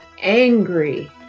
angry